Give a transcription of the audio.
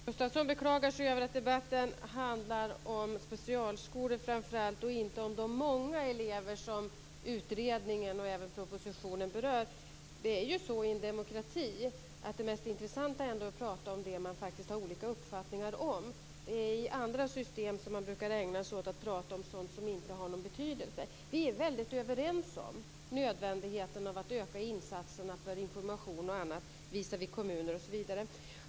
Fru talman! Lennart Gustavsson beklagar sig över att debatten framför allt handlar om specialskolor och inte om de många elever som utredningen och även propositionen berör. Det är ju så i en demokrati att det är mest intressant att prata om det man faktiskt har olika uppfattningar om. Det är i andra system som man brukar ägna sig åt att prata om sådant som inte har någon betydelse. Vi är väldigt överens om nödvändigheten av att öka insatserna för information och annat visavi kommuner osv.